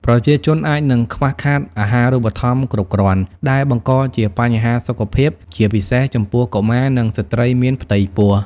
ប្រជាជនអាចនឹងខ្វះខាតអាហាររូបត្ថម្ភគ្រប់គ្រាន់ ដែលបង្កជាបញ្ហាសុខភាព ជាពិសេសចំពោះកុមារ និងស្ត្រីមានផ្ទៃពោះ។